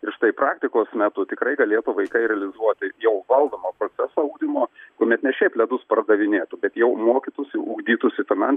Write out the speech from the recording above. ir štai praktikos metu tikrai galėtų vaikai realizuoti jau valdomo proceso ugdymo kuomet ne šiaip ledus pardavinėtų bet jau mokytųsi ugdytųsi finan